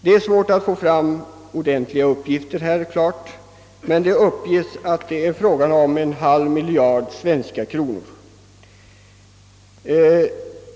Det är svårt att få fram ordentliga uppgifter, men det uppges att det är fråga om en halv miljard svenska kronor.